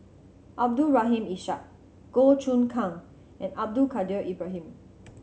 Abdul Rahim Ishak Goh Choon Kang and Abdul Kadir Ibrahim